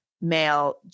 male